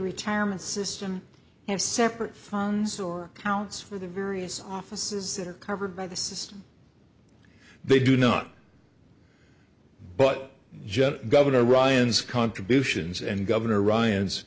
retirement system and separate funds or counts for the various offices that are covered by the system they do not but just governor ryan's contributions and governor ryan